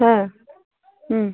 হ্যাঁ হুম